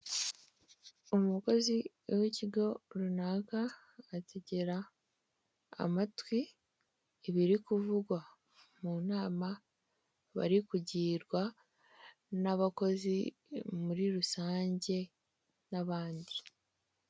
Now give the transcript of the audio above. Umukozi w'ikigo runaka ategera amatwi ibiri kuvugwa mu nama bari kugirwa n'abakozi muri rusange n'abandi.